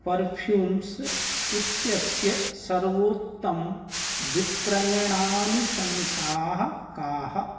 perfumes इत्यस्य सर्वोत्तमाः विक्रयणानुशंसाः काः